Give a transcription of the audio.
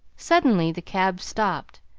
suddenly the cab stopped,